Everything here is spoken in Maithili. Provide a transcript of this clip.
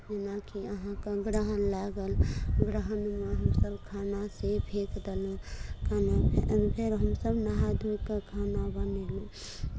जेनाकि अहाँके ग्रहण लागल ग्रहणमे हमसभ खाना से फेकि देलहुँ ओहिमे फेर हमसभ नहा धो कऽ खाना बनेलहुँ